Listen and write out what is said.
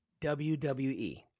WWE